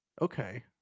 Okay